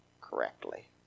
correctly